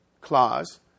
clause